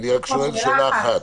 אני רק רוצה לשאול אתכם,